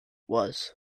was